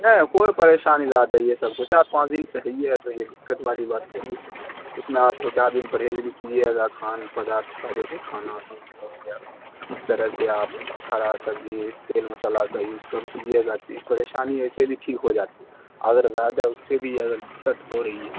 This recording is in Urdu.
نہیں کوئی پریشانی زیادہ یہ سب کچھ دو چار پانچ دن سے ہیے ہے تو یہ دقت والی بات تھوڑی اس میں آپ دو چار دن پرہیز بھی کیجیے گا کھان پدار کھانا یا اس طرح سے آپ ہرا سبزی تیل مساحلہ کا یوز کم کیجیے گا اس پریشانی ویسے بھی ٹھیک ہو جاتی ہے اگر زیادہ ہے اس سے بھی اگر دقت ہو رہی ہے